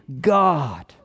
God